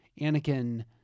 Anakin